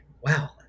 wow